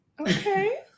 Okay